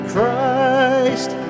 Christ